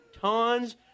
tons